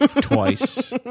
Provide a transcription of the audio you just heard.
Twice